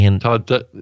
Todd